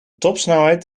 topsnelheid